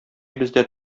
бездә